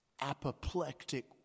Apoplectic